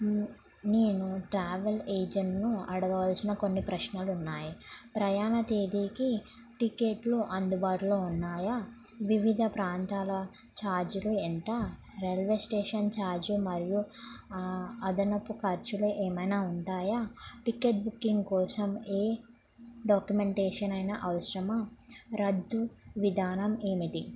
నేను ట్రావెల్ ఏజెంట్ను అడగవలసిన కొన్ని ప్రశ్నలు ఉన్నాయి ప్రయాణ తేదీకి టికెట్లు అందుబాటులో ఉన్నాయా వివిధ ప్రాంతాల ఛార్జులు ఎంత రైల్వే స్టేషన్ ఛార్జ్ మరియు అదనపు ఖర్చులు ఏమైనా ఉంటాయా టికెట్ బుకింగ్ కోసం ఏ డాక్యుమెంటేషన్ అయినా అవసరమా రద్దు విధానం ఏమిటి